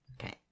okay